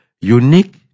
unique